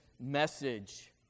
message